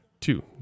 Two